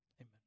Amen